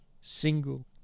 single